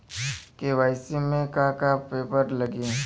KYC में का का पेपर लगी?